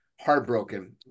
heartbroken